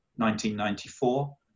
1994